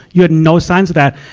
you had no signs of that.